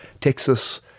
Texas